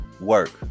work